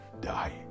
die